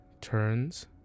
turns